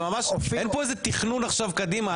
אין כאן איזה תכנון עכשיו קדימה.